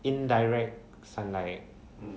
indirect sunlight